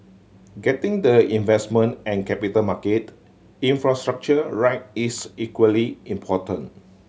getting the investment and capital market infrastructure right is equally important